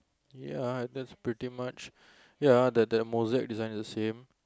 ya that's pretty much ya the mosaic design the same